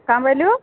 କାଁ ବୋଇଲୁ